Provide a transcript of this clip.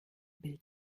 bild